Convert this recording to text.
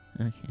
Okay